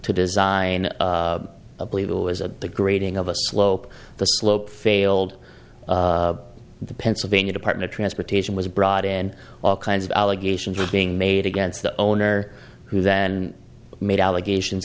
to design a believe it was a the grating of a slope the slope failed the pennsylvania department of transportation was brought in and all kinds of allegations were being made against the owner who then made allegations